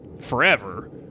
forever